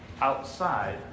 outside